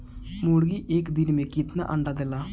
मुर्गी एक दिन मे कितना अंडा देला?